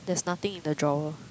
there's nothing in the drawer